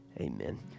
Amen